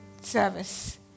service